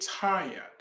tired